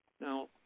Now